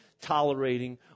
tolerating